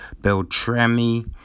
Beltrami